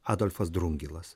adolfas drungilas